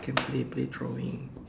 can play play drawing